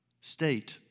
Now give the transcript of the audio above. state